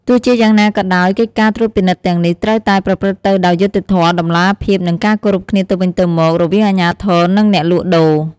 ទោះជាយ៉ាងណាក៏ដោយ កិច្ចការត្រួតពិនិត្យទាំងនេះ ត្រូវតែប្រព្រឹត្តទៅដោយយុត្តិធម៌ តម្លាភាព និងការគោរពគ្នាទៅវិញទៅមក រវាងអាជ្ញាធរ និងអ្នកលក់ដូរ។